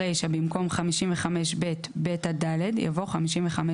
ברישה, במקום "55כב(ב) עד (ד)" יבוא 55(ד)"